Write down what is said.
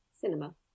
Cinema